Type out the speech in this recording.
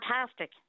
Fantastic